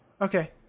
okay